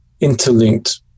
interlinked